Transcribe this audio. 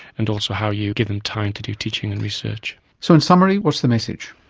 and also how you give them time to do teaching and research. so in summary, what's the message?